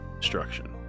destruction